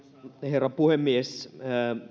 herra puhemies